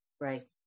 right